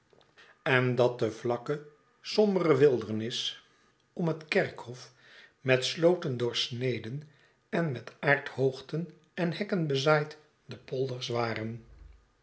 en dat de vlakke sombere wildernis om het kerkhof met slooten doorsneden en met aardhoogten en hekken bezaaid de polders waren